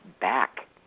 back